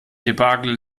debakel